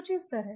कुछ इस तरह